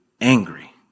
angry